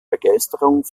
begeisterung